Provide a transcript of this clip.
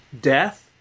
death